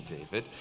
David